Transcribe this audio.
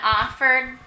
offered